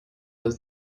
was